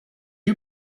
you